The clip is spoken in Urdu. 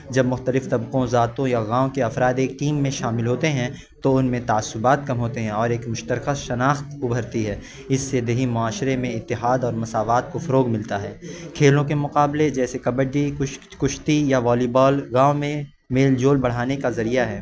جب مختلف طبقوں ذاتوں یا گاؤں کے افراد ایک ٹیم میں شامل ہوتے ہیں تو ان میں تعصبات کم ہوتے ہیں اور ایک مشترکہ شناخت ابھرتی ہے اس سے دیہی معاشرے میں اتحاد اور مساوات کو فروغ ملتا ہے کھیلوں کے مقابلے جیسے کبڈی کش کشتی یا والی بال گاؤں میں میل جول بڑھانے کا ذریعہ ہیں